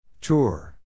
Tour